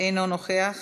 אינו נוכח,